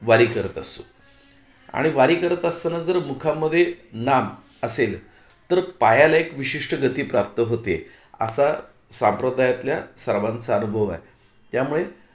वारी करत असतो आणि वारी करत असताना जर मुखामध्ये नाम असेल तर पायाला एक विशिष्ट गती प्राप्त होते असा सांप्रदायातल्या सर्वांचा अनुभव आहे त्यामुळे